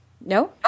No